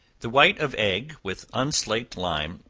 the white of egg, with unslaked lime,